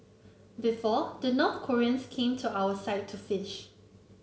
before the North Koreans came to our side to fish